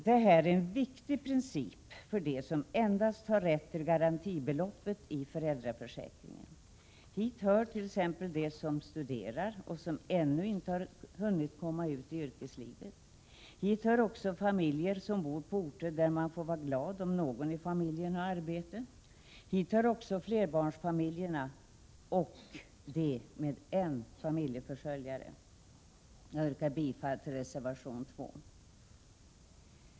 Det här är en viktig princip för dem som endast har rätt till garantibeloppet i föräldraförsäkringen. Hit hör t.ex. de som studerar och som ännu inte hunnit komma ut i yrkeslivet. Hit hör också familjer som bor på orter där man får vara glad om någon i familjen har arbete. Hit hör också flerbarnsfamiljerna och de med en familjeförsörjare. Jag yrkar bifall till reservation 2.